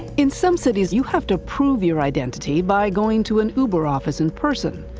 in some cities, you have to prove your identity by going to an uber office in person.